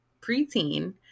preteen